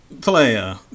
player